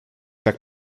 tak